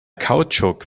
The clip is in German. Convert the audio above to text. kautschuk